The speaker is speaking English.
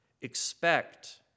expect